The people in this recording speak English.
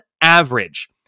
average